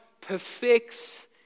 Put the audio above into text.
perfects